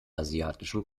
asiatischen